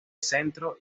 centro